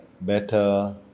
better